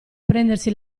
prendersi